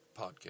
Podcast